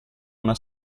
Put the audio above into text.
una